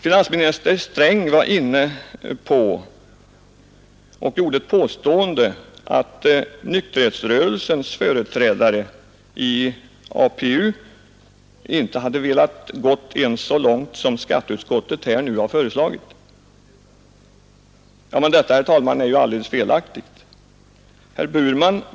Finansminister Sträng påstod att nykterhetsrörelsens företrädare i APU inte hade velat gå ens så långt som skatteutskottet här föreslagit. Detta är, herr talman, alldeles felaktigt.